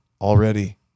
already